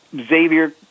Xavier